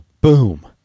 Boom